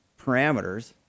parameters